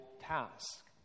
task